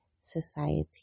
society